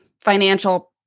financial